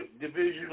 Division